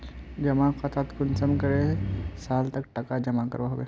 जमा खातात कुंसम करे साल तक टका जमा करवा होबे?